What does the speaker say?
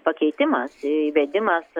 pakeitimas įvedimas